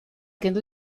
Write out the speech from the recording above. kendu